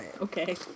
Okay